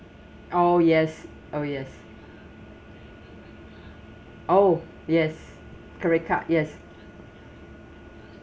oh yes oh yes oh yes credit card yes